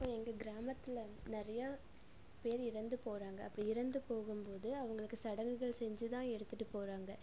இப்போ எங்கள் கிராமத்தில் நிறையா பேர் இறந்து போகறாங்க அப்படி இறந்து போகும்போது அவங்களுக்கு சடங்குகள் செஞ்சு தான் எடுத்துகிட்டு போகறாங்க